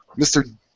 Mr